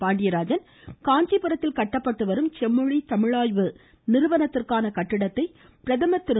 பாண்டியராஜன் காஞ்சிடரத்தில் கட்டப்பட்டு வரும் செம்மொழி தமிழாய்வு நிறுவனத்திற்கான கட்டிடத்தை பிரதமர் திரு